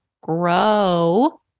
grow